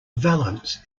valance